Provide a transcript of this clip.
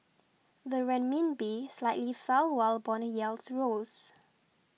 the Renminbi slightly fell while bond yields rose